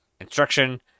instruction